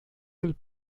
del